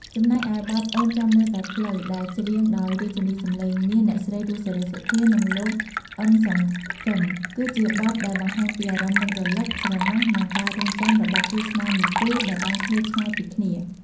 ចំណែកឯបទ អូនចាំមើលតែផ្លូវ ដែលច្រៀងដោយរាជិនីសំឡេងមាស អ្នកស្រី រស់ សេរីសុទ្ធា និងលោក អ៊ឹម សុងសឺម គឺជាបទមួយដែលបង្ហាញពីអារម្មណ៍នឹករលឹក ស្រណោះ និងការរង់ចាំរបស់គូស្នេហ៍មួយគូដែលបានឃ្លាតឆ្ងាយពីគ្នា។